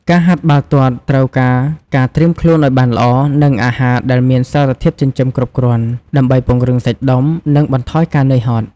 ការហាត់បាល់ទាត់ត្រូវការការត្រៀមខ្លួនឲ្យបានល្អ និងអាហារដែលមានសារធាតុចិញ្ចឹមគ្រប់គ្រាន់ ដើម្បីពង្រឹងសាច់ដុំ និងបន្ថយការនឿយហត់។